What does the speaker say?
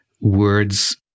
words